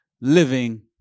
living